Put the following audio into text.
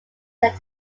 set